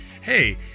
hey